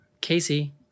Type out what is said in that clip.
Casey